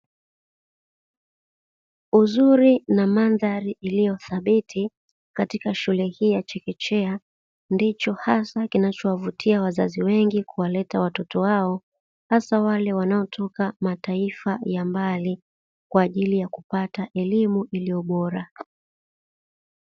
Uzuri na mandhari iliyo thabiti, katika shule hii ya chekechea, ndicho hasa kinachowavutia wazazi wengi kuwaleta watoto wao, hasa wale wanaotoka mataifa ya mbali, kwa ajili ya kupata elimu iliyo bora.